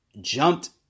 jumped